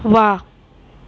वाहु